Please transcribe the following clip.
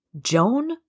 Joan